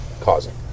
causing